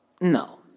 No